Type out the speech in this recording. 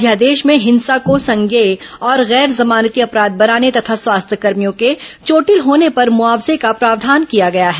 अध्यादेश में हिंसा को संज्ञेय और गैर जमानती अपराध बनाने तथा स्वास्थ्यकर्भियों को चोटिल होने पर मुआवजे का प्रावधान किया गया है